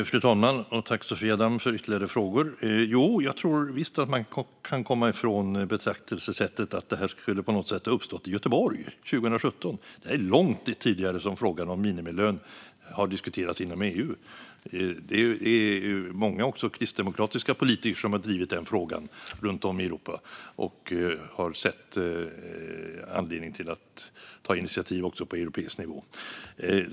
Fru talman! Jag tackar Sofia Damm för ytterligare frågor. Jo, jag tror visst att man kan komma ifrån betraktelsesättet att detta skulle ha uppstått i Göteborg 2017. Frågan om minimilön har diskuterats inom EU mycket längre än så. Även många kristdemokratiska politiker runt om i Europa har drivit denna fråga och sett en anledning att ta initiativ också på europeisk nivå.